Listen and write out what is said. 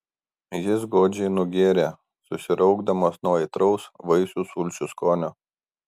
jis godžiai nugėrė susiraukdamas nuo aitraus vaisių sulčių skonio